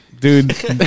Dude